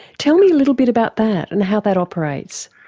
tell me a little bit about that and how that operates.